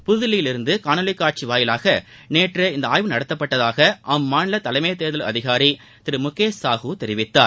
புதுதில்லியில் இன்று காணொலி காட்சி வாயிலாக நேற்று இந்த ஆய்வு நடதத்ப்பட்டதாக அம்மாநில தலைமைத்தேல்தல் அதிகாரி திரு முகேஷ் சாஹூ தெரிவித்தார்